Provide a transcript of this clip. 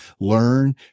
learn